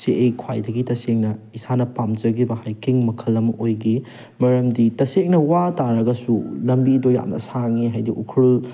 ꯁꯤ ꯑꯩ ꯈ꯭ꯋꯥꯏꯗꯒꯤ ꯇꯁꯦꯡꯅ ꯏꯁꯥꯅ ꯄꯥꯝꯖꯈꯤꯕ ꯍꯥꯏꯀꯤꯡ ꯃꯈꯜ ꯑꯃ ꯑꯣꯏꯈꯤ ꯃꯔꯝꯗꯤ ꯇꯁꯦꯡꯅ ꯋꯥ ꯇꯥꯔꯒꯁꯨ ꯂꯝꯕꯤꯗꯣ ꯌꯥꯝꯅ ꯁꯥꯡꯉꯦ ꯍꯥꯏꯗꯤ ꯎꯈ꯭ꯔꯨꯜ